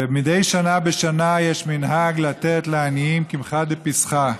ומדי שנה בשנה יש מנהג לתת לעניים קמחא דפסחא,